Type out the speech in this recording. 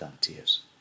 tears